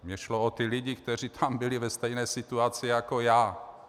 Mně šlo o ty lidi, kteří tam byli ve stejné situaci jako já.